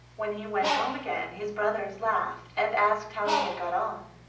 when he went home again his brothers laughed and asked how he had got on.